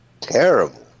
Terrible